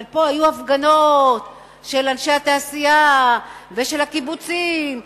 אבל פה היו הפגנות של אנשי התעשייה ושל הקיבוצים,